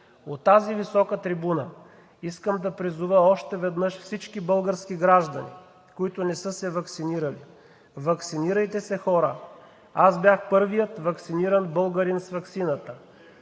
от тази висока трибуна искам да призова още веднъж всички български граждани, които не са се ваксинирали – ваксинирайте се, хора. Аз бях първият ваксиниран българин с ваксината.